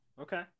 Okay